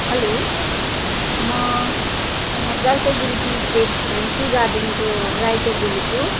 hello म Jalpaiguri tea state tea गार्डनको writer बोलेको